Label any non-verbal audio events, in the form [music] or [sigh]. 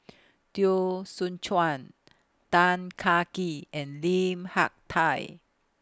[noise] Teo Soon Chuan Tan Kah Kee and Lim Hak Tai